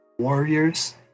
Warriors